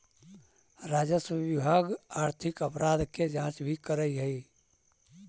राजस्व विभाग आर्थिक अपराध के जांच भी करऽ हई